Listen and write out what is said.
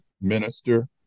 minister